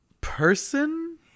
person